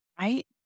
Right